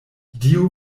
dio